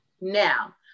Now